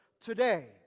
today